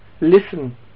Listen